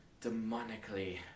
demonically